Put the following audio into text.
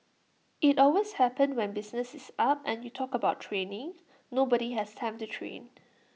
IT always happens when business is up and you talk about training nobody has time to train